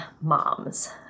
moms